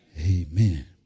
Amen